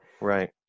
Right